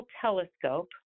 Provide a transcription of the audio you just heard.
telescope